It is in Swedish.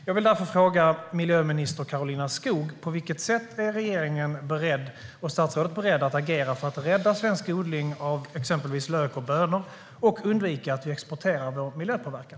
Jag vill därför fråga miljöminister Karolina Skog: På vilket sätt är regeringen och statsrådet beredda att agera för att rädda svensk odling av exempelvis lök och bönor och undvika att vi exporterar vår miljöpåverkan?